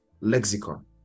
lexicon